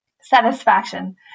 satisfaction